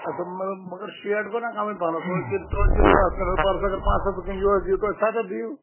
اَسا مطلب مگر شیٹھ گوٚو نا کَمٕے پَہنَتھ توتہِ کٔرۍ تِہوس پَرُس اگر پانٛژ سَتتھ کُن یُہُس دِیو توتہِ سَتتھ دِیو